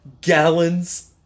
gallons